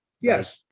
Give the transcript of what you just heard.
yes